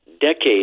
decades